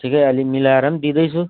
ठिकै आलि मिलाएर पनि दिँदैछु